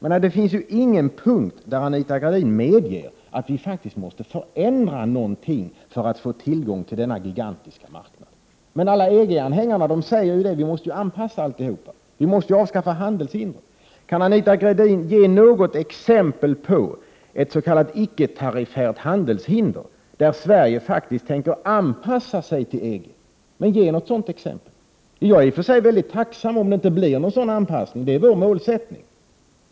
Inte på någon enda punkt medger Anita Gradin att vi faktiskt måste förändra någonting för att få tillgång till denna gigantiska marknad. Alla EG-anhängare säger ju att vi måste anpassa oss. Vi måste avskaffa handelshinder. Kan Anita Gradin ge något exempel på ett s.k. icke-perifert handelshinder i fråga om vilket Sverige faktiskt tänker anpassa sig till EG? Jag är i och för sig väldigt tacksam om det inte blir någon sådan anpassning, och det är också vår målsättning.